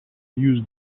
use